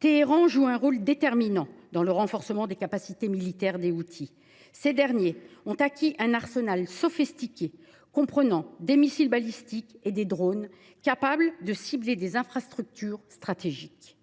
Téhéran joue un rôle déterminant dans le renforcement des capacités militaires des Houthis. Ces derniers ont acquis un arsenal sophistiqué, comprenant des missiles balistiques et des drones capables de cibler des infrastructures stratégiques.